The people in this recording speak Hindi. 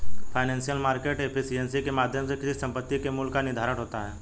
फाइनेंशियल मार्केट एफिशिएंसी के माध्यम से किसी संपत्ति के मूल्य का निर्धारण होता है